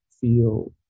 feel